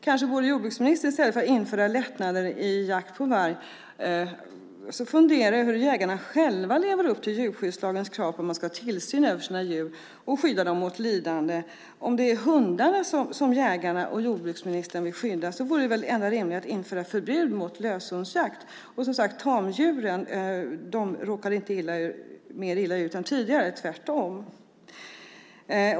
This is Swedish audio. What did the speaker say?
Kanske skulle jordbruksministern, i stället för att införa lättnader i jakt på varg, fundera över hur jägarna själva lever upp till djurskyddslagens krav på vilken tillsyn man ska ha över sina djur och hur man skyddar dem mot lidande. Om det nu är hundarna som jägarna och jordbruksministern vill skydda vore väl det enda rimliga att införa förbud mot löshundsjakt. Och tamdjuren råkar inte mer illa ut än tidigare - tvärtom.